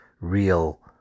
real